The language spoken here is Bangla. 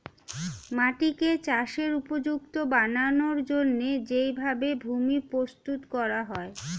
মাটিকে চাষের উপযুক্ত বানানোর জন্যে যেই ভাবে ভূমি প্রস্তুত করা হয়